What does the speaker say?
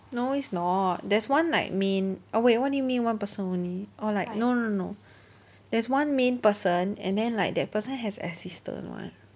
no it's not there's one like main oh wait what you mean one person only or like no no no no there's one main person and then like that person has assistant [one]